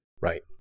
Right